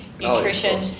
nutrition